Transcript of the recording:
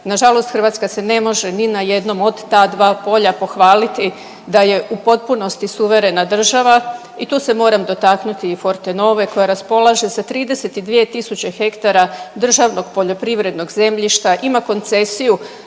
Nažalost Hrvatska se ne može ni na jednom od ta dva polja pohvaliti da je u potpunosti suverena država i tu se moram dotaknuti i Fortenove koja raspolaže sa 32.000 hektara državnog poljoprivrednog zemljišta, ima koncesiju